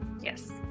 yes